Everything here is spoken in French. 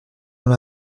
dans